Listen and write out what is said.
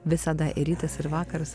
visada rytas ir vakaras